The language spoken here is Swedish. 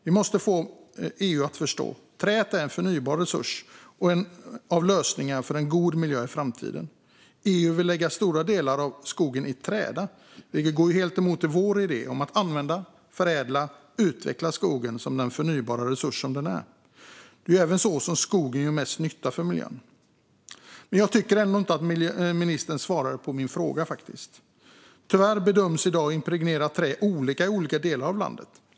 Vi måste få EU att förstå att träet är en förnybar resurs och en av lösningarna för en god miljö i framtiden. EU vill lägga stora delar av skogen i träda, vilket går helt emot vår idé om att använda, förädla och utveckla skogen som den förnybara resurs den är. Det är även så som skogen gör mest nytta för miljön. Jag tycker inte att ministern svarar på min fråga. Tyvärr bedöms i dag impregnerat trä olika i olika delar av landet.